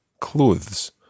Clothes